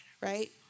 right